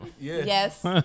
Yes